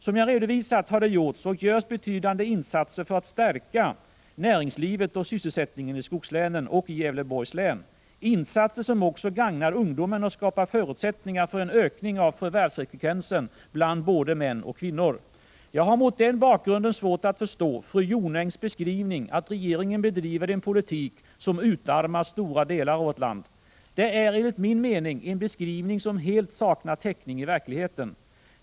Som jag redovisat har det gjorts och görs betydande insatser för att stärka näringslivet och sysselsättningen i skogslänen och i Gävleborgs län — insatser som också gagnar ungdomen och skapar förutsättningar för en ökning av förvärvsfrekvensen bland både män och kvinnor. Jag har mot den bakgrunden svårt att förstå fru Jonängs beskrivning att regeringen bedriver en politik som utarmar stora delar av vårt land. Det är, enligt min mening, en beskrivning som helt saknar täckning i verkligheten.